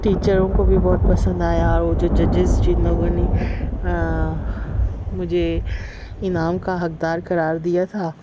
ٹیچروں کو بھی بہت پسند آیا اور وہ جو ججز جن لوگوں نے مجھے انعام کا حقدار قرار دیا تھا